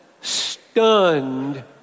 stunned